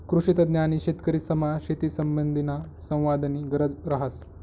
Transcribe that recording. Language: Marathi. कृषीतज्ञ आणि शेतकरीसमा शेतीसंबंधीना संवादनी गरज रहास